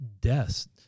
deaths